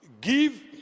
Give